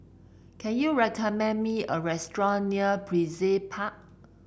can you recommend me a restaurant near Brizay Park